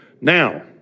Now